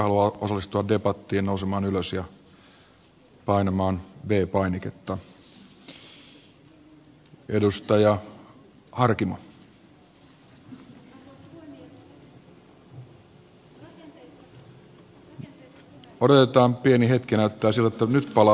pyydän niitä edustajia jotka haluavat osallistua debattiin nousemaan ylös ja painamaan v painiketta